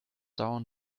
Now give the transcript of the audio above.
down